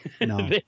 No